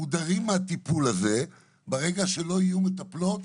מודרים מהטיפול הזה ברגע שלא יהיו מטפלות